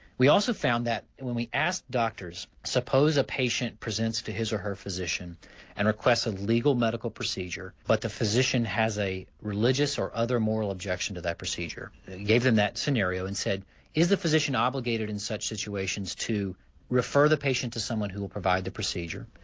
we also found that when we asked doctors suppose a patient presents to his or her physician and requests a legal medical procedure but the physician has a religious or other moral objection to that procedure. we gave them that scenario and said is the physician obligated in such situations to refer the patient to someone who will provide the procedure,